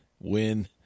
win